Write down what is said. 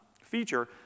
feature